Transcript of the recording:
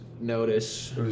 notice